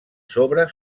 sobre